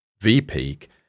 V-peak